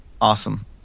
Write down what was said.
awesome